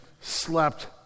slept